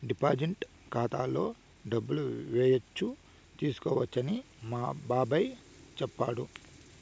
deposit ఖాతాలో డబ్బులు ఏయచ్చు తీసుకోవచ్చని మా బాబాయ్ చెప్పాడు